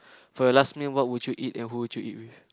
for your last meal what would you eat and who would you eat with